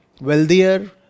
wealthier